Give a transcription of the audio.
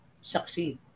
succeed